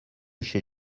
chez